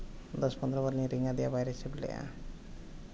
ᱫᱚᱥ ᱯᱚᱸᱫᱽᱨᱚ ᱵᱟᱨ ᱞᱤᱧ ᱨᱤᱝ ᱟᱫᱮᱭᱟ ᱵᱟᱭ ᱨᱮᱥᱤᱵᱷ ᱞᱮᱫᱼᱟ